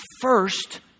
first